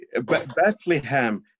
Bethlehem